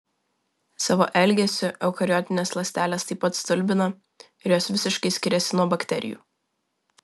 savo elgesiu eukariotinės ląstelės taip pat stulbina ir jos visiškai skiriasi nuo bakterijų